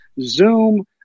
Zoom